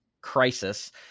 crisis